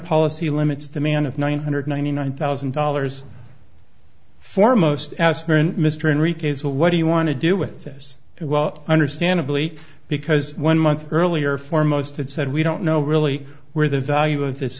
policy limits demand of one hundred ninety nine thousand dollars for most as baron mr enrique's what do you want to do with this well understandably because one month earlier for most it said we don't know really where the value of this